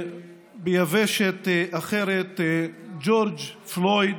וביבשת אחרת, ג'ורג' פלויד.